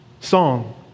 song